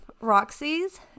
Roxy's